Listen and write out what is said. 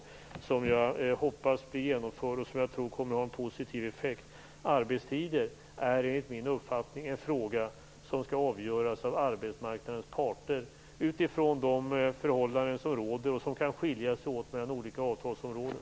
Denna sänkning hoppas jag blir genomförd, och det tror jag har en positiv effekt. Arbetstider är enligt min uppfattning en fråga som skall avgöras av arbetsmarknadens parter utifrån de förhållanden som råder och som kan skilja sig åt mellan olika avtalsområden.